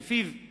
שלפיו הוא